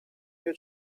new